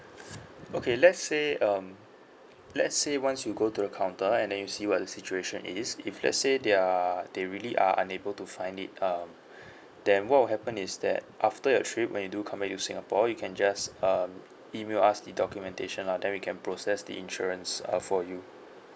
okay let's say um let's say once you go to the counter and then you see what the situation is if let's say they are they really are unable to find it um then what will happen is that after your trip when you do come back to singapore you can just um email us the documentation lah then we can process the insurance err for you